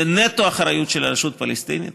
זה נטו אחריות של הרשות הפלסטינית,